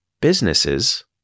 businesses